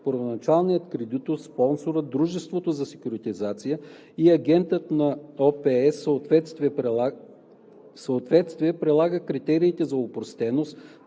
първоначалният кредитор, спонсорът, дружеството за секюритизация и агентът за ОПС съответствие прилагат критериите за опростеност,